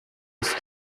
ist